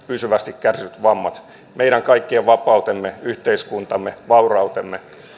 pysyvästi kärsityt vammat meidän kaikkien vapauden yhteiskuntamme vaurautemme